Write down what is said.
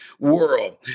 World